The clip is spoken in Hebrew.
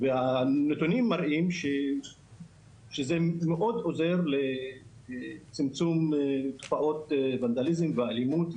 והנתונים מראים שזה מאוד עוזר לצמצום תופעות של וונדליזם ואלימות,